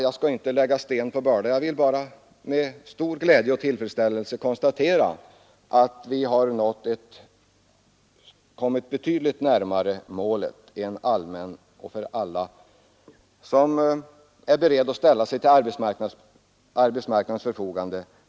Jag skall inte lägga sten på börda utan bara med stor tillfredsställelse konstatera att vi har kommit betydligt närmare målet — en allmän försäkring för alla som är beredda att ställa sig till arbetsmarknadens förfogande.